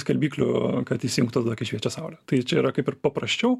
skalbiklių kad įsijungt tada kai šviečia saulė tai čia yra kaip ir paprasčiau